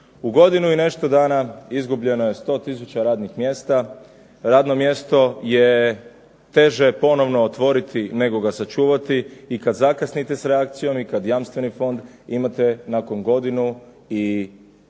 U godinu i nešto dana izgubljeno je 100 tisuća radnih mjesta, radno mjesto je teže ponovno otvoriti nego ga sačuvati i kad zakasniste s reakcijom i kad jamstveni fond imate nakon godinu i pol